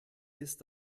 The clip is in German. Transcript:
ist